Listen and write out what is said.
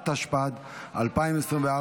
התשפ"ד 2024,